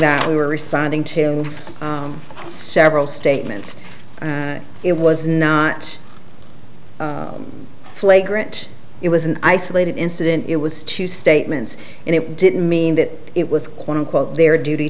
that we were responding to several statements it was not flagrant it was an isolated incident it was two statements and it didn't mean that it was quote unquote their duty